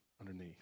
underneath